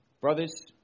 Brothers